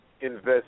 invest